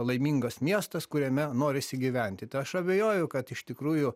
laimingas miestas kuriame norisi gyventi tai aš abejoju kad iš tikrųjų